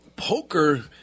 Poker